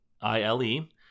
I-L-E